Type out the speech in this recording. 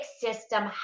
system